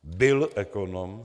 Byl ekonom?